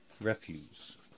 Refuse